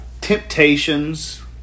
Temptations